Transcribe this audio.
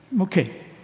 Okay